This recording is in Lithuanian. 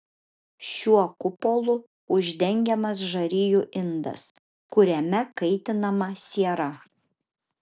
šiuo kupolu uždengiamas žarijų indas kuriame kaitinama siera